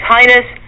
Highness